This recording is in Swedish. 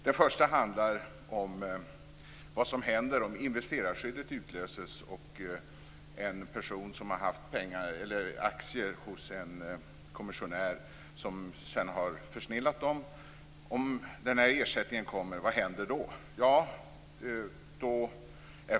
Den första handlar om vad som händer om investerarskyddet utlöses så att en person som haft aktier hos en kommissionär som sedan har försnillat dem får ersättning. Vad händer då?